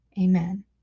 amen